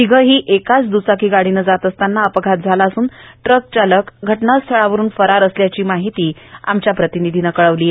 तिघेही एकाच द्रचाकी गाडीने जात असताना हा अपघात झाला असून ट्रक चालक हा घटनास्थळावरुन फरार असल्याची माहिती आमच्या प्रतिनिधीने दिली आहे